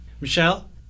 Michelle